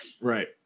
Right